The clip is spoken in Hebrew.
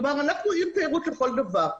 כלומר, אנחנו עיר תיירות לכל דבר.